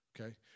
okay